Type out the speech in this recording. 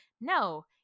No